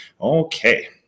okay